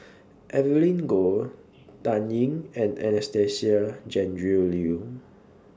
Evelyn Goh Dan Ying and Anastasia Tjendri Liew